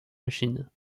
machines